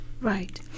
right